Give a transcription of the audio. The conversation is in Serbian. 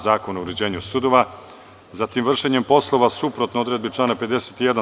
Zakona o uređenju sudova, zatim vršenjem poslova suprotno odredbi člana 51.